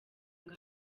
ngo